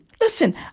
listen